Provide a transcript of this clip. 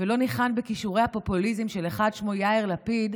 ולא ניחן בכישורי הפופוליזם של אחד ששמו יאיר לפיד,